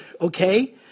okay